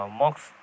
mocks